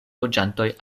loĝantoj